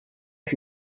auf